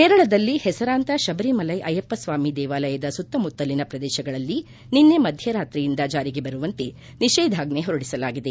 ಕೇರಳದಲ್ಲಿ ಹೆಸರಾಂತ ಶಬರಿಮಲ್ಟೆ ಅಯ್ಲಸ್ಪ ಸ್ವಾಮಿ ದೇವಾಲಯದ ಸುತ್ತಮುತ್ತಲಿನ ಪ್ರದೇಶಗಳಲ್ಲಿ ನಿನ್ನೆ ಮಧ್ಯರಾತ್ರಿಯಿಂದ ಜಾರಿಗೆ ಬರುವಂತೆ ನಿಷೇಧಾಜ್ಞೆ ಹೊರಡಿಸಲಾಗಿದೆ